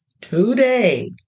Today